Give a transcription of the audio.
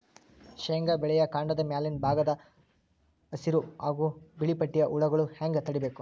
ಶೇಂಗಾ ಬೆಳೆಯ ಕಾಂಡದ ಮ್ಯಾಲಿನ ಭಾಗದಾಗ ಹಸಿರು ಹಾಗೂ ಬಿಳಿಪಟ್ಟಿಯ ಹುಳುಗಳು ಹ್ಯಾಂಗ್ ತಡೀಬೇಕು?